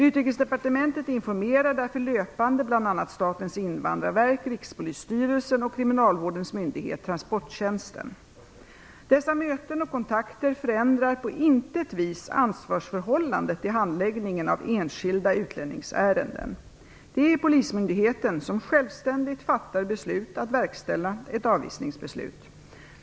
Utrikesdepartementet informerar därför löpande bl.a. Statens invandrarverk, Dessa möten och kontakter förändrar på intet vis ansvarsförhållandet i handläggningen av enskilda utlänningsärenden. Det är polismyndigheten som självständigt fattar beslut att verkställa ett avvisningsbeslut.